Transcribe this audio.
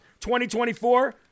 2024